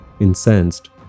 Incensed